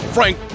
Frank